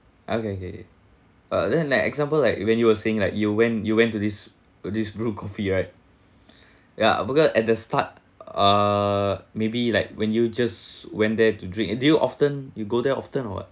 okay okay but then like example like when you were saying like you went you went to this this brew coffee right ya because at the start uh maybe like when you just went there to drink do you often you go there often or what